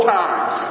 times